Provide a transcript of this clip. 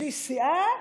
שליש סיעה,